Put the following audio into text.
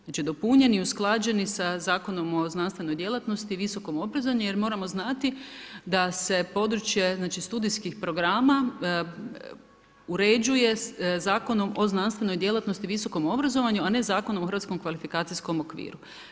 Znači, dopunjeni, usklađeni sa Zakonom o znanstvenoj djelatnosti, visokom obrazovanju, jer moramo znati, da se područje, znači, studijskih programa, uređuje zakonom o znanstvenom djelatnosti i visokom obrazovanju, a ne Zakonom o hrvatskom kvalifikacijskom okviru.